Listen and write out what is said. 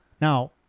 Now